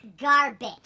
Garbage